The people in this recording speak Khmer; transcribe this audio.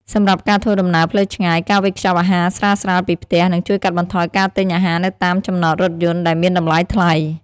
សម្រាប់ការធ្វើដំណើរផ្លូវឆ្ងាយ ការវេចខ្ចប់អាហារស្រាលៗពីផ្ទះ នឹងជួយកាត់បន្ថយការទិញអាហារនៅតាមចំណតរថយន្តដែលមានតម្លៃថ្លៃ។